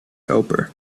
helper